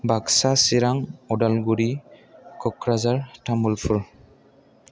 Baksa Chirang Udalguri Kokrajhar Tamulpur